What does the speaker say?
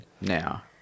now